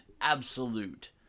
absolute